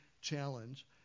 challenge